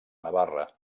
navarra